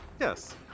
Yes